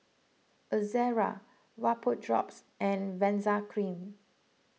Ezerra Vapodrops and Benzac Cream